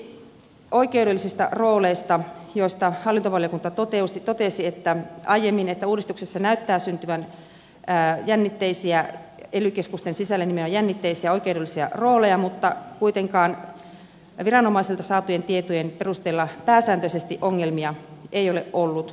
lopuksi oikeudellisista rooleista joista hallintovaliokunta totesi aiemmin että uudistuksessa näyttää syntyvän ely keskusten sisälle jännitteisiä oikeudellisia rooleja mutta kuitenkaan viranomaisilta saatujen tietojen perusteella pääsääntöisesti ongelmia ei ole ollut